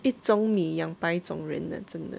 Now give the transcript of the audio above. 一种你养百种人真的